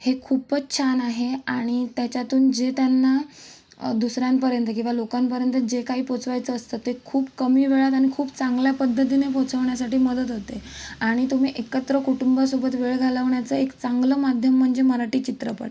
हे खूपच छान आहे आणि त्याच्यातून जे त्यांना दुसऱ्यांपर्यंत किंवा लोकांपर्यंत जे काई पोचवायचं असतं ते खूप कमी वेळात आणि खूप चांगल्या पद्धतीने पोचवण्यासाठी मदत होते आणि तुम्ही एकत्र कुटुंबासोबत वेळ घालवण्याचं एक चांगलं माध्यम म्हणजे मराठी चित्रपट